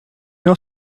know